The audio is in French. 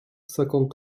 cinquante